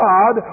God